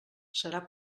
serà